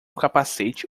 capacete